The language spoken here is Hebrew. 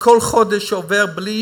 שכל חודש שעובר בלי